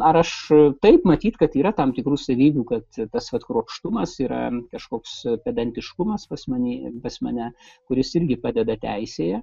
ar aš taip matyt kad yra tam tikrų savybių kad tas vat kruopštumas yra kažkoks pedantiškumas pas mane pas mane kuris irgi padeda teisėje